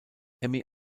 emmy